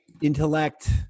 intellect